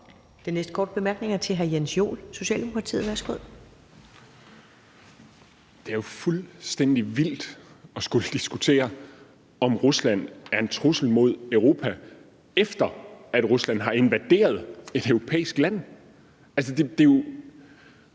Det er jo fuldstændig vildt at skulle diskutere, om Rusland er en trussel mod Europa, efter at Rusland har invaderet et europæisk land.